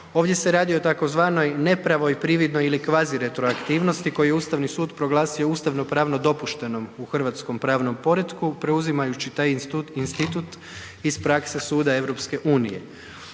ovdje se radi tzv. nepravoj, prividnoj ili kvazi retroaktivnosti koju je Ustavni sud proglasio ustavno pravno dopuštenom u hrvatskom pravnom poretku preuzimajući taj institut iz prakse suda EU.